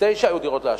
היו דירות להשקעה.